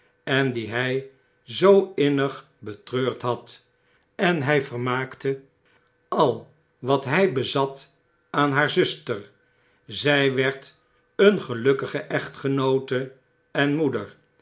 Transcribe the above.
en die hij zoo innig betreurd had ten hy vermaakte al wat hy bezat aan haar zuster zy werd een gelukkige echtgenoote en moeder